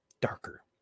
darker